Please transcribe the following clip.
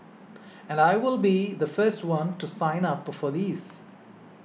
and I will be the first one to sign up for these